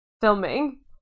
filming